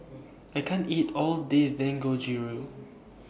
I can't eat All This Dangojiru